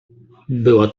była